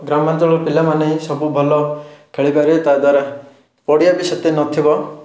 ଗ୍ରାମାଞ୍ଚଳର ପିଲାମାନେ ସବୁ ଭଲ ଖେଳିପାରିବେ ତାହାଦ୍ଵାରା ପଡ଼ିଆ ବି ସେତେ ନଥିବ